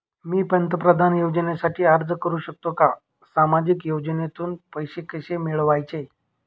मी पंतप्रधान योजनेसाठी अर्ज करु शकतो का? सामाजिक योजनेतून पैसे कसे मिळवायचे